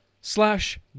slash